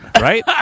Right